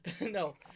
No